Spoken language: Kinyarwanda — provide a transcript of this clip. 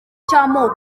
cy’amoko